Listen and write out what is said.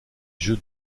jeu